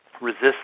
resist